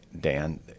Dan